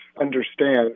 understand